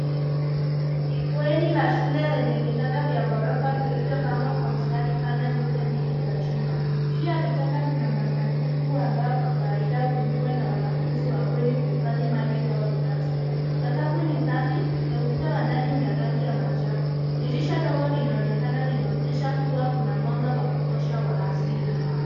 Ni bweni la shule lenye vitanda vya gorofa vilivyopangwa kwa mstari pande zote mbili za chumba. Juu ya vitanda kuna masanduku ambayo kwa kawaida hutumiwa na wanafunzi wa bweni kuhifadhi mali zao binafsi. Sakafu ni safi na ukuta wa ndani una rangi ya manjano. Dirisha ndogo linaonekana linaonyesha kuwa kuna mwanga wa kutosha wa asili.